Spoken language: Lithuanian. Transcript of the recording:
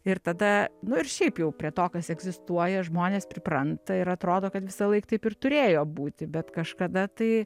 ir tada nu ir šiaip jau prie to kas egzistuoja žmonės pripranta ir atrodo kad visąlaik taip ir turėjo būti bet kažkada tai